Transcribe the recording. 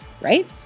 right